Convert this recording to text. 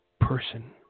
Person